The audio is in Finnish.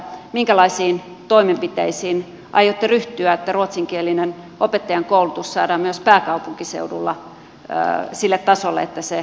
minkälaisiin toimenpiteisiin aiotte ryhtyä että ruotsinkielinen opettajankoulutus saadaan myös pääkaupunkiseudulla sille tasolle että se tyydyttää tarpeen